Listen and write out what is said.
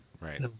Right